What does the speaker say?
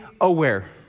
aware